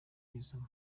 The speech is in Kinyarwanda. izo